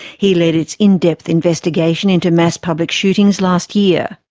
he led its in-depth investigation into mass public shootings last year.